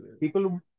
people